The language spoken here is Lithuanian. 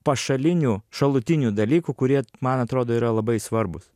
pašalinių šalutinių dalykų kurie man atrodo yra labai svarbūs